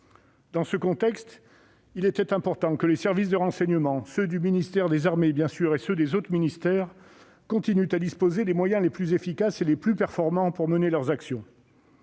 Dans ce contexte, il était important que les services de renseignement, ceux du ministère des armées comme ceux des autres ministères, continuent de disposer des moyens les plus efficaces et les plus performants pour mener leur action.